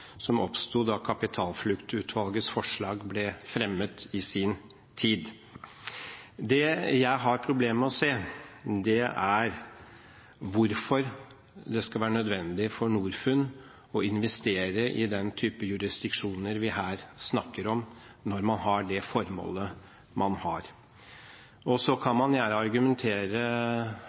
som oppsto da Kapitalfluktutvalgets forslag ble fremmet i sin tid. Det jeg har problemer med å se, er hvorfor det skal være nødvendig for Norfund å investere i den type jurisdiksjoner vi her snakker om, når man har det formålet man har. Man kan gjerne argumentere fra A til Å om at så lenge andre gjør det, og